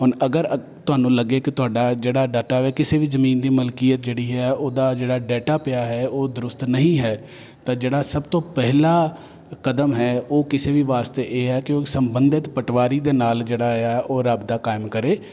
ਹੁਣ ਅਗਰ ਤੁਹਾਨੂੰ ਲੱਗੇ ਕਿ ਤੁਹਾਡਾ ਜਿਹੜਾ ਡਾਟਾ ਵੈ ਕਿਸੇ ਵੀ ਜ਼ਮੀਨ ਦੀ ਮਲਕੀਅਤ ਜਿਹੜੀ ਹੈ ਉਹਦਾ ਜਿਹੜਾ ਡਾਟਾ ਪਿਆ ਹੈ ਉਹ ਦਰੁਸਤ ਨਹੀਂ ਹੈ ਤਾਂ ਜਿਹੜਾ ਸਭ ਤੋਂ ਪਹਿਲਾ ਕਦਮ ਹੈ ਉਹ ਕਿਸੇ ਵੀ ਵਾਸਤੇ ਇਹ ਹੈ ਕਿ ਉਹ ਸੰਬੰਧਿਤ ਪਟਵਾਰੀ ਦੇ ਨਾਲ ਜਿਹੜਾ ਆ ਉਹ ਰਾਬਤਾ ਕਾਇਮ ਕਰੇ